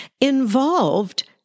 involved